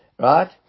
Right